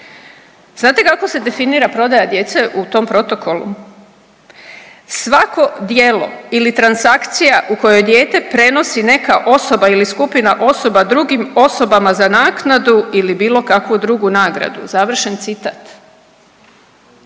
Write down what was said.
Znate kako se definira prodaja djece u tom protokolu? Svako djelo ili transakcija u kojoj dijete prenosi neka osoba ili skupina osoba drugim osobama za naknadu ili bilo kakvu drugu nagradu, završen citat.